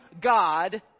God